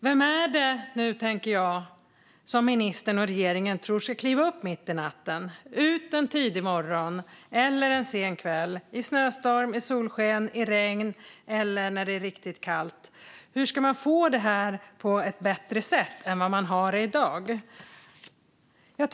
Vem är det som ministern och regeringen tror ska kliva upp mitt i natten och ge sig ut tidig morgon eller sen kväll, i snöstorm, i solsken, i regn eller när det är riktigt kallt? Hur ska man få det att bli på ett bättre sätt än vad det är i dag?